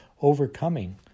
overcoming